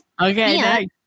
okay